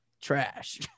Trash